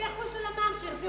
ה-0.5% של המע"מ שהחזירו לאזרחים.